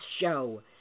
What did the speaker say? Show